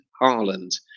Harland